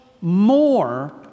more